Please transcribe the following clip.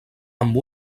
amb